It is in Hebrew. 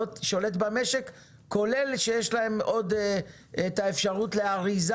שולט במשק כולל שיש להם את האפשרות לאריזה